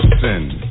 sin